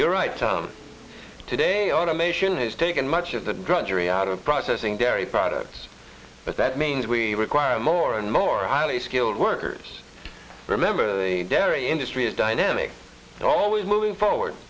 you're right today automation has taken much of the drudgery out of processing dairy products but that means we require more and more highly skilled workers remember the dairy industry is dynamic always moving forward